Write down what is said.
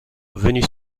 venu